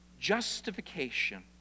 Justification